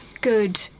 good